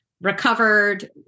recovered